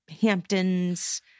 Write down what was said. Hamptons